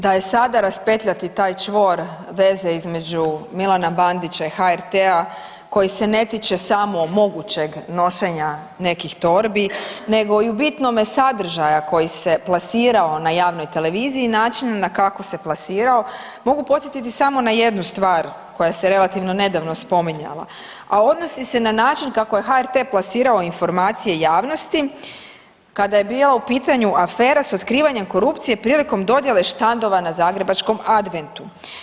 Da je sada raspetljati taj čvor veze između Milana Bandića i HRT-a koji se ne tiče samo mogućeg nošenja nekih torbi nego i u bitnome sadržaja koji se plasirao na javnoj televiziji i načina na kako se plasirao mogu podsjetiti samo na jednu stvar koja se relativno nedavno spominjala, a odnosi se na način kako je HRT plasirao informacije javnosti kada je bila u pitanju afera s otkrivanjem korupcije prilikom dodjele štandova na zagrebačkom Adventu.